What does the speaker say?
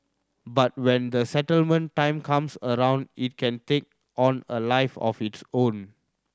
but when the settlement time comes around it can take on a life of its own